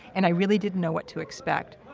and i really didn't know what to expect.